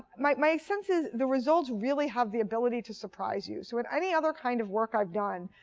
my sense is the results really have the ability to surprise you. so in any other kind of work i've done,